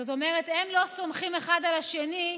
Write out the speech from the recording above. זאת אומרת, הם לא סומכים אחד על השני.